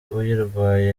uyirwaye